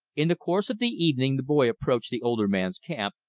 in the course of the evening the boy approached the older man's camp,